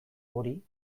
hori